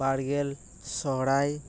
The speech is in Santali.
ᱵᱟᱨ ᱜᱮᱞ ᱥᱚᱨᱦᱟᱭ